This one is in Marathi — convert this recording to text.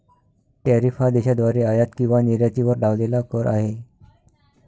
टॅरिफ हा देशाद्वारे आयात किंवा निर्यातीवर लावलेला कर आहे